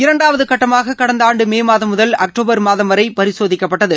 இரண்டாவது கட்டமாக கடந்த ஆண்டு மே மாதம் முதல் அக்டோபர் மாதம் வரை பரிசோதிக்கப்பட்டது